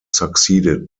succeeded